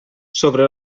sobre